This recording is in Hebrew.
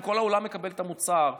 אם כל העולם מקבל את המוצר,